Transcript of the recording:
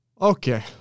Okay